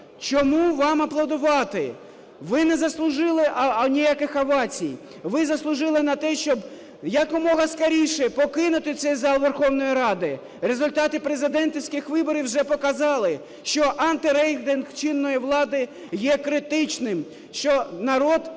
Чому вам аплодувати? Ви не заслужили ніяких овацій. Ви заслужили на те, щоб якомога скоріше покинути цей зал Верховної Ради. Результати президентських виборів вже показали, що антирейтинг чинної влади є критичним, що народ